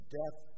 death